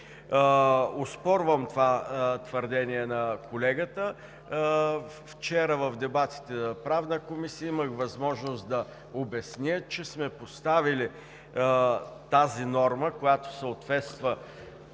Оспорвам това твърдение на колегата. Вчера в дебатите на Правната комисия имах възможност да обясня, че сме поставили тази норма, която съответства